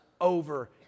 over